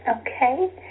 Okay